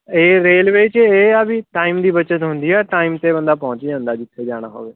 ਇਹ ਰੇਲਵੇ 'ਚ ਇਹ ਆ ਵੀ ਟਾਈਮ ਦੀ ਬਚਤ ਹੁੰਦੀ ਆ ਟਾਈਮ 'ਤੇ ਬੰਦਾ ਪਹੁੰਚ ਜਾਂਦਾ ਜਿੱਥੇ ਜਾਣਾ ਹੋਵੇ